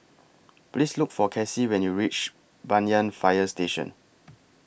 Please Look For Cassie when YOU REACH Banyan Fire Station